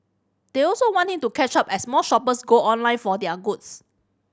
they also want him to catch up as more shoppers go online for their goods